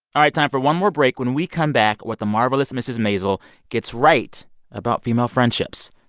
all right time for one more break. when we come back, what the marvelous mrs. maisel gets right about female friendships.